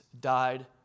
died